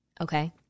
okay